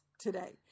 today